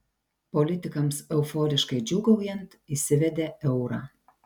politikams euforiškai džiūgaujant įsivedė eurą